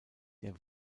der